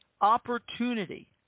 opportunity